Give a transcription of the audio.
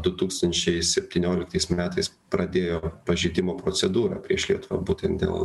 du tūkstančiai septynioliktais metais pradėjo pažeidimo procedūrą prieš lietuvą būtent dėl